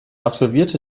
absolvierte